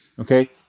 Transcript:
okay